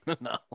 No